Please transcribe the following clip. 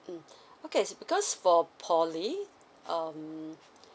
mm okay because for poly um